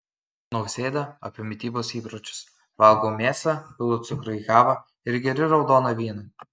nausėda apie mitybos įpročius valgau mėsą pilu cukrų į kavą ir geriu raudoną vyną